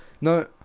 No-